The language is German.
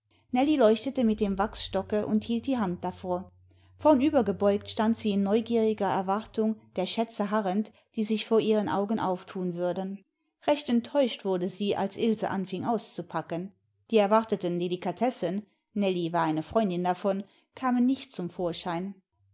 leuchtete mit dem wachsstocke und hielt die hand davor vornübergebeugt stand sie in neugieriger erwartung der schätze harrend die sich vor ihren augen aufthun würden recht enttäuscht wurde sie als ilse anfing auszupacken die erwarteten delikatessen nellie war eine freundin davon kamen nicht zum vorschein